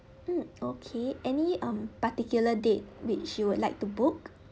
mm okay any um particular date which you would like to book